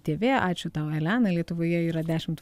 tv ačiū tau elena lietuvoje yra dešimt